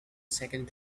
second